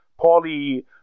Paulie